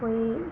कोई